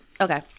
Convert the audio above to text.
okay